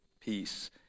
Peace